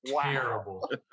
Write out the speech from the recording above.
terrible